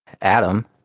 Adam